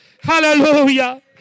Hallelujah